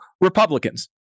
Republicans